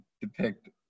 depict